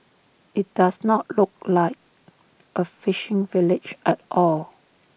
IT does not look like A fishing village at all